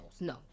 no